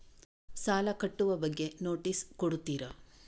ಸಾಲ ಕಟ್ಟುವ ಬಗ್ಗೆ ನೋಟಿಸ್ ಕೊಡುತ್ತೀರ?